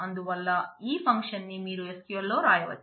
అందువల్ల ఈ ఫంక్షన్ ని మీరు SQL లో రాయవచ్చు